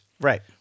Right